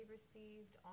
received